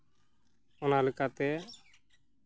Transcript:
ᱚᱱᱟ ᱞᱮᱠᱟᱛᱮ